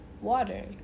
Water